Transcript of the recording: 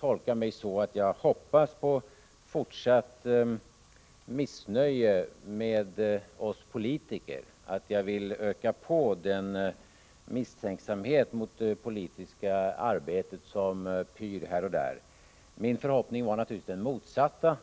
tolka mig så att jag hoppas på fortsatt missnöje med oss politiker, att jag vill öka på den misstänksamhet mot det politiska arbetet som pyr här och där. Min förhoppning var naturligtvis den motsatta.